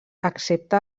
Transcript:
accepta